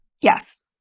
Yes